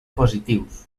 positius